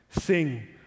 Sing